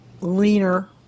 leaner